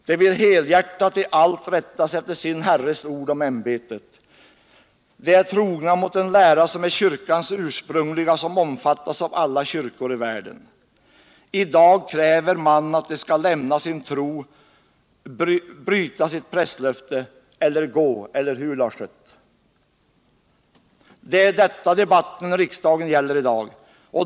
De vill helhjärtat i allt rätta sig efter sin Herres ord om ämbetet. De är trogna mot den lära som är kyrkans ursprungliga och som omfattas av alla kyrkor i världen. I dag kräver man att de skall lämna sin tro, bryta sitt prästlöfte eller gå! Eller hur, Lars Schött? Det är detta debatten i riksdagen gäller i dag.